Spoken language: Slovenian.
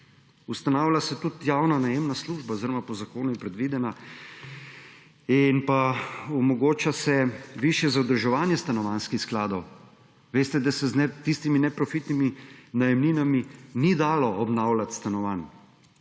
Ustanavlja se tudi javna najemna služba oziroma po zakonu je predvidena in pa omogoča se višje zadolževanje stanovanjskih skladov. Veste, da se s tistimi neprofitnimi najemninami, ni dalo obnavljati stanovanj,